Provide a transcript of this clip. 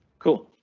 cool.